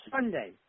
Sunday